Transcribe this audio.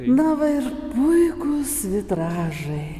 na va ir puikūs vitražai